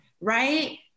right